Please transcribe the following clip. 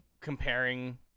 comparing